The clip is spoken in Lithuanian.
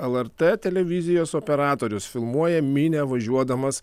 lrt televizijos operatorius filmuoja minią važiuodamas